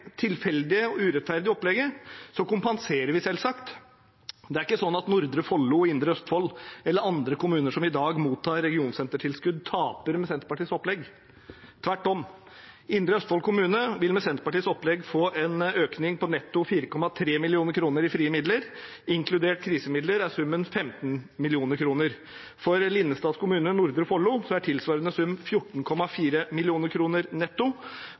tilfeldige og urettferdige opplegget, kompenserer vi selvsagt. Det er ikke slik at Nordre Follo og Indre Østfold eller andre kommuner som i dag mottar regionsentertilskudd, taper med Senterpartiets opplegg. Tvert om: Indre Østfold kommune vil med Senterpartiets opplegg få en økning på netto 4,3 mill. kr i frie midler. Inkludert krisemidler er summen 15 mill. kr. For Linnestads kommune, Nordre Follo, er tilsvarende sum 14,4 mill. kr netto,